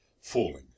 falling